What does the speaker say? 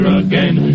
again